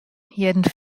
hearden